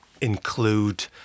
include